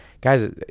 Guys